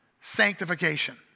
sanctification